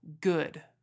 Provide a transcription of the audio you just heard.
good